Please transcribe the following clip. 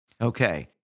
Okay